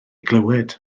glywed